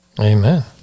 Amen